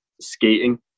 skating